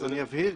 אז אני אבהיר,